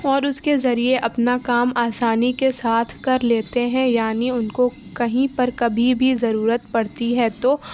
اور اس کے ذریعہ اپنا کام آسانی کے ساتھ کر لیتے ہیں یعنی ان کو کہیں پر کبھی بھی ضرورت پڑتی ہے تو